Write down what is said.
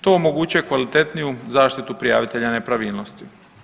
To omogućuje kvalitetniju zaštitu prijavitelja nepravilnosti.